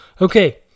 Okay